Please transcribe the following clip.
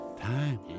Time